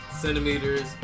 centimeters